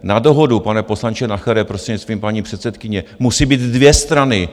Na dohodu, pane poslanče Nachere, prostřednictvím paní předsedkyně, musejí být dvě strany.